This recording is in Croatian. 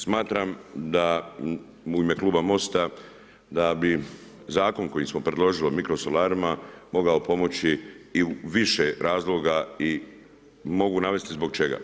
Smatram da u ime Kluba MOST-a da bi zakon koji smo predložili o mikrosolarima mogao pomoći i u više razloga i mogu navesti zbog čega.